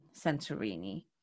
santorini